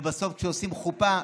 ובסוף כשעושים חופה,